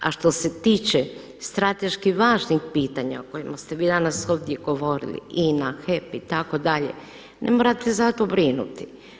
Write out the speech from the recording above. A što se tiče strateški važnih pitanja o kojima ste vi danas ovdje govorili INA, HEP itd. ne morate za to brinuti.